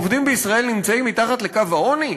העובדים בישראל נמצאים מתחת לקו העוני,